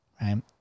Right